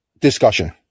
discussion